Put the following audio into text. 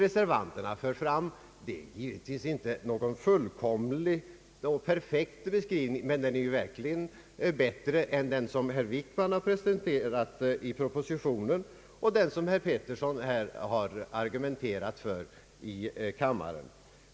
Reservanternas förslag innebär givetvis inte någon fullkomlig och perfekt beskrivning, men den är verkligen bättre än den som statsrådet Wickman har presenterat i propositionen och den som herr Bertil Petersson har argumenterat för här i kammaren.